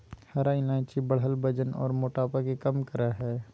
हरा इलायची बढ़ल वजन आर मोटापा के कम करई हई